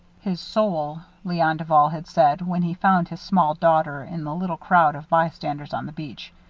his soul, leon duval had said, when he found his small daughter in the little crowd of bystanders on the beach,